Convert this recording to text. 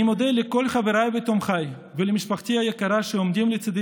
אני מודה לכל חבריי ותומכיי ולמשפחתי היקרה שעומדים לצידי